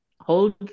hold